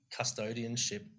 custodianship